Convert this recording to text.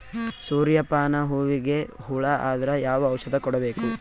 ಸೂರ್ಯ ಪಾನ ಹೂವಿಗೆ ಹುಳ ಆದ್ರ ಯಾವ ಔಷದ ಹೊಡಿಬೇಕು?